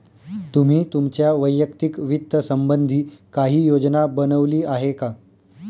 तुम्ही तुमच्या वैयक्तिक वित्त संबंधी काही योजना बनवली आहे का?